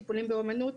טיפולים באומנות.